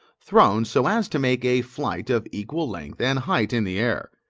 thrown so as to make a flight of equal length and height in the air.